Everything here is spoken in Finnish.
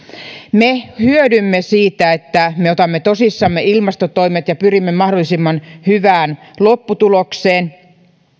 me hyödymme siitä että me otamme tosissamme ilmastotoimet ja pyrimme mahdollisimman hyvään lopputulokseen